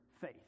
faith